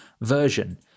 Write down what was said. version